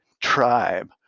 Tribe